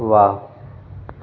वाह